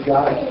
God